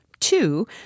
two